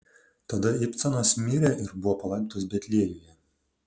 tada ibcanas mirė ir buvo palaidotas betliejuje